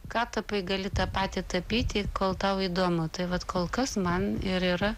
ką tapai gali tą patį tapyti kol tau įdomu tai vat kol kas man ir yra